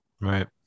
right